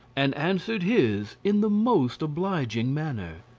and answered his in the most obliging manner.